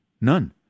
None